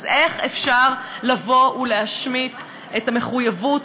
אז איך אפשר לבוא ולהשמיט את המחויבות